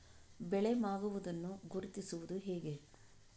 ಬೆಳೆ ಮಾಗುವುದನ್ನು ಗುರುತಿಸುವುದು ಹೇಗೆ?